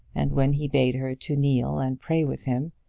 and when he bade her to kneel and pray with him,